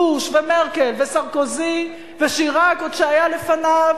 בוש ומרקל וסרקוזי ושיראק, עוד כשהיה לפניו,